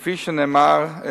כפי שנאמר,